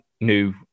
new